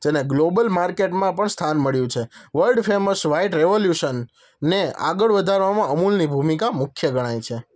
જેને ગ્લોબલ માર્કેટમાં પણ સ્થાન મળ્યું છે વલ્ડ ફેમસ વાઇટ રેવલ્યુસન ને આગળ વધારવામાં અમૂલની ભૂમિકા મુખ્ય ગણાય છે